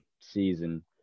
season